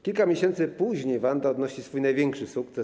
Kilka miesięcy później Wanda odnosi swój największy sukces.